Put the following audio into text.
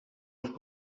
els